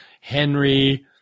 Henry